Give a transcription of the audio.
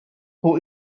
who